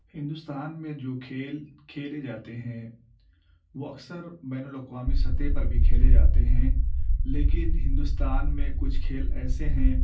ہندوستان میں جو کھیل کھیلے جاتے ہیں وہ اکثر بین الاقوامی سطح پر بھی کھیلے جاتے ہیں لیکن ہندوستان میں کچھ کھیل ایسے ہیں